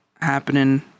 happening